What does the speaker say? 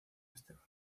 esteban